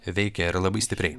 veikė ir labai stipriai